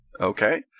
Okay